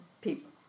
people